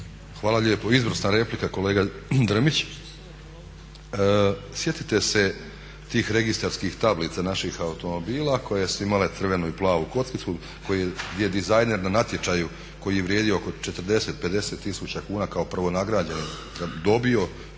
Hvala lijepo. Izvrsna replika kolega Drmić. Sjetite se tih registarskih tablica naših automobila koje su imale crvenu i plavu kockicu, gdje je dizajner na natječaju koji je vrijedio oko 40, 50 tisuća kuna kao prvonagrađeni dobio,